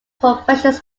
professional